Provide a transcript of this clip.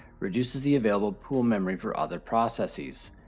reduces the available pool memory for other processes.